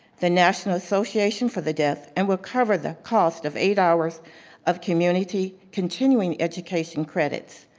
the national association for the deaf, and will cover the cost of eight hours of community continuing education credits.